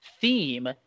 theme